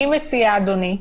אני מציעה, אדוני,